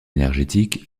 énergétique